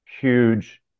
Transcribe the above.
huge